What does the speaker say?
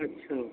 اچھا